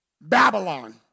Babylon